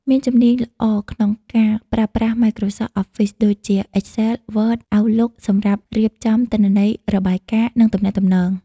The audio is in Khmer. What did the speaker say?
មានជំនាញល្អក្នុងការប្រើប្រាស់ Microsoft Office ដូចជា Excel, Word, Outlook សម្រាប់រៀបចំទិន្នន័យ របាយការណ៍ និងទំនាក់ទំនង។